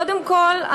קודם כול,